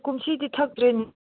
ꯀꯨꯝꯁꯤꯗꯤ ꯊꯛꯇ꯭ꯔꯦꯅꯦ